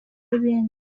n’ibindi